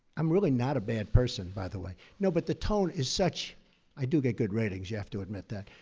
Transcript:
i'm really not a bad person, by the way. no, but the tone is such i do get good ratings, you have to admit that.